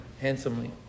handsomely